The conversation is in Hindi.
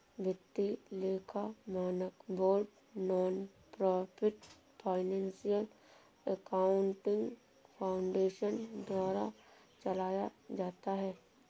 वित्तीय लेखा मानक board nonprofit financial accounting foundation द्वारा चलाया जाता है